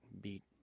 beat